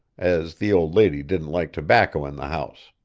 as the old lady didn't like tobacco in the house.